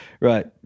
Right